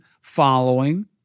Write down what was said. following